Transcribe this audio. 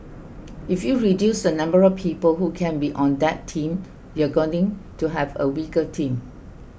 if you reduce the number of people who can be on that team you're going to have a weaker team